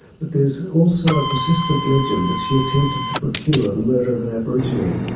but there is also a persistent legend that she attempted to procure the murder of an aborigine,